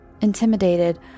Intimidated